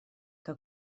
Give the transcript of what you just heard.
que